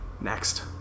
Next